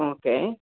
okay